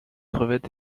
crevette